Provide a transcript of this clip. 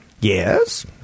Yes